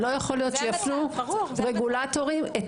לא יכול להיות שיפנו רגולטורים את